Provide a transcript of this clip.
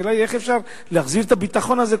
השאלה היא איך אפשר להחזיר את הביטחון הזה,